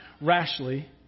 rashly